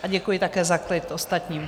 A děkuji také za klid ostatním.